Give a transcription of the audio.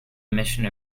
emission